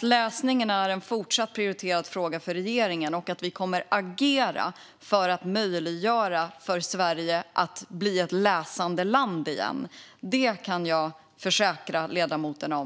Läsningen är en fortsatt prioriterad fråga för regeringen, och vi kommer att agera för att möjliggöra för Sverige att bli ett läsande land igen. Det kan jag försäkra ledamoten om.